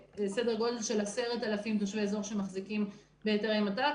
כ-10,000 תושבי אזור שמחזיקים בהיתרי מת"ק